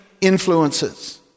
influences